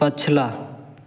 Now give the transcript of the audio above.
पछिला